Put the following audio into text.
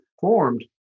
formed